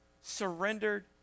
surrendered